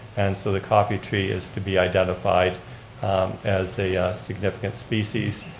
and so the coffee tree is to be identified as a significant species.